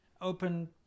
open